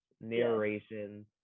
narrations